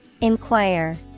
Inquire